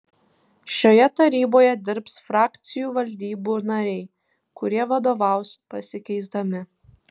šioje taryboje dirbs frakcijų valdybų nariai kurie vadovaus pasikeisdami